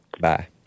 Bye